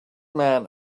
man